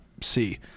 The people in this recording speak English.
See